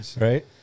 Right